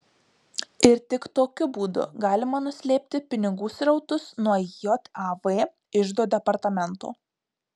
ir tik tokiu būdu galima nuslėpti pinigų srautus nuo jav iždo departamento